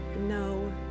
no